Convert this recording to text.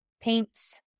paints